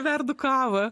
verdu kavą